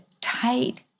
tight